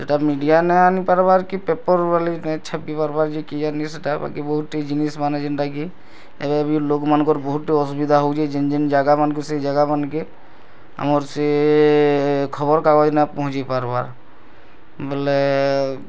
ସେଇଟା ମିଡ଼ିଆନେ ଆନି ପାର୍ବାର୍ କି ପେପର୍ ବୋଲି ନାଇଁ ଛାପି ପାର୍ବାର୍ କି ଇନି ସେଇଟା ବାକି ବହୁତ୍ଟେ ଜିନିଷ୍ମାନେ ଯେନ୍ଟା କି ଏବେବି ଲୋକମାନଙ୍କର ବହୁତ୍ଟେ ଆସିବିଧା ହେଉଛି ଯେନ୍ ଯେନ୍ ଜାଗାମାନ୍କେ ସେ ଜାଗାମାନ୍କେ ଆମର୍ ସେ ଖବରକାଗଜ ନା ପହଞ୍ଚି ପାର୍ବାର୍ ବୋଲେ